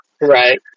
Right